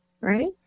right